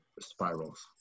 spirals